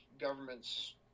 governments